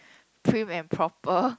prim and proper